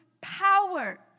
power